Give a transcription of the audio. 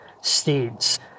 states